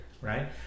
right